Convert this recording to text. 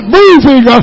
moving